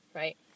right